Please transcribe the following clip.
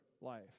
life